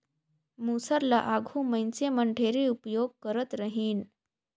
मूसर ल आघु मइनसे मन ढेरे उपियोग करत रहिन